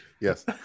Yes